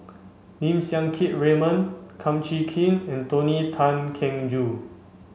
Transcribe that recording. Lim Siang Keat Raymond Kum Chee Kin and Tony Tan Keng Joo